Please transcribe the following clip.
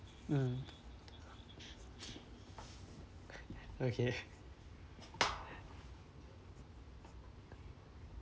mm okay